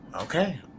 Okay